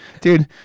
Dude